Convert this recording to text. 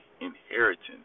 inheritance